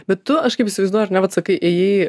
bet tu aš kaip įsivaizduoju ar ne vat sakai ėjai